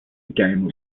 game